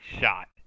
shot